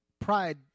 Pride